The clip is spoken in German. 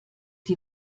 die